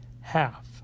half